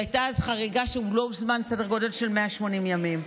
שהייתה אז חריגה שהוא לא הוזמן סדר גודל של 180 ימים.